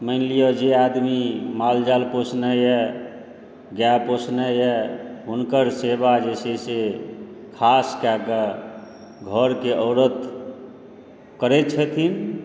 मानि लिअ जे आदमी माल जाल पोसने यऽ गाय पोसने यऽ हुनकर सेवा जे छै से खास कए कऽ घर के औरत करै छथिन